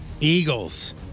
Eagles